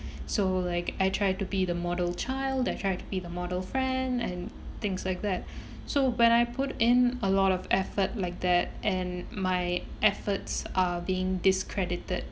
so like I try to be the model child I try to be the model friend and things like that so when I put in a lot of effort like that and my efforts are being discredited